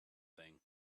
thing